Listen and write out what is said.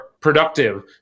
productive